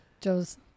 Joe's